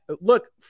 look